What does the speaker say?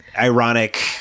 ironic